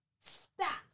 Stop